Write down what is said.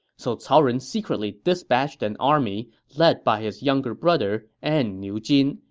so cao ren secretly dispatched an army led by his younger brother and niu jin,